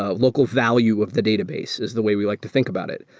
ah local value of the database is the way we like to think about it.